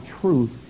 truth